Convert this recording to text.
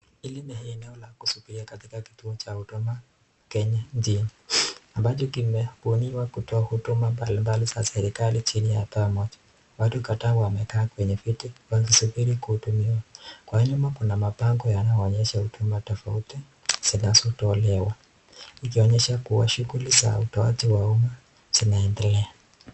Hili ni eneo la kusubiri katika kituo cha huduma Kenya nchini, ambacho kimebuniwa kutoa huduma mbalimbali za serikali chini ya paa moja. Watu kadhaa wamekaa kwenye viti wakisubiri kuhudumiwa, kwa nyuma kuna mabango yanayoonyesha huduma tofauti zinazo tolewa ikionyesha kuwa shughuli za utoaji wa umma zinaendelea.